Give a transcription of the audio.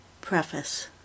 Preface